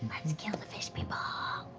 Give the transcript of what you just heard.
let's kill the fish people. ah